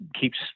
keeps